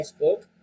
Facebook